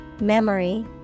memory